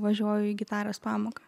važiuoju į gitaros pamoką